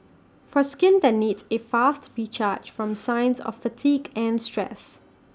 for skin that needs A fast recharge from signs of fatigue and stress